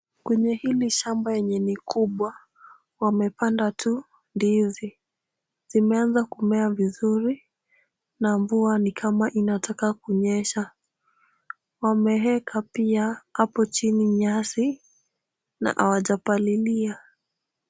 Kwenye hili shamba yenye ni kubwa wamepanda tu ndizi. Zimeanza kumea vizuri na mvua ni kama inataka kunyesha. Wameeka pia hapo chini nyasi na hawajapalilia.